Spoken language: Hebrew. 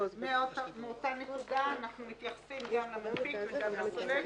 מאותה נקודה אנחנו מתייחסים גם למנפיק וגם לסולק,